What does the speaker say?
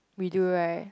we do right